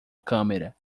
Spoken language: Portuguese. câmera